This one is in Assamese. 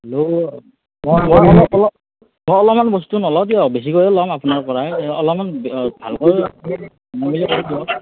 মই অলপমান বস্তু নলওঁ দিয়ক বেছিকৈ ল'ম আপোনাৰ পৰাই অলপমান